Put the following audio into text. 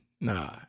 Nah